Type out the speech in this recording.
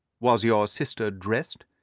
was your sister dressed?